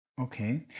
Okay